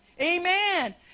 Amen